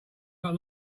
not